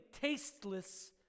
tasteless